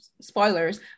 spoilers